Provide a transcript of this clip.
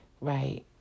right